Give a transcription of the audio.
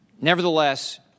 Nevertheless